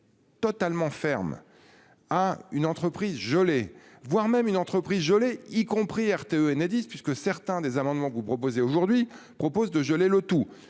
Totalement ferme. Hein. Une entreprise. Voire même une entreprise gelés y compris RTE Enedis puisque certains des amendements que vous proposez aujourd'hui propose de geler le tout